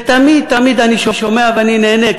ותמיד תמיד אני שומע ואני נהנה,